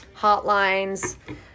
hotlines